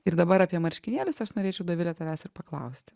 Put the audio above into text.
ir dabar apie marškinėlius aš norėčiau dovile tavęs ir paklausti